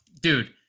Dude